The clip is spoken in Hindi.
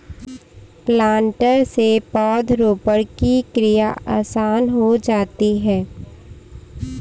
प्लांटर से पौधरोपण की क्रिया आसान हो जाती है